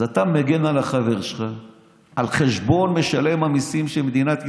אז אתה מגן על החבר שלך על חשבון משלם המיסים של מדינת ישראל,